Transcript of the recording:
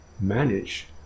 Manage